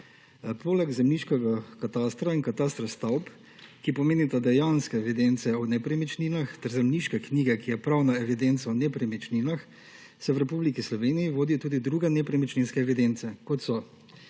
Poleg zemljiškega katastra in katastra stavb, ki pomenita dejanske evidence o nepremičninah, ter zemljiške knjige, ki je pravna evidenca o nepremičninah, se v Republiki Sloveniji vodijo tudi druge nepremičninske evidence, kot so